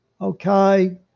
Okay